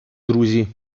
друзі